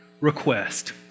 request